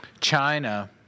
China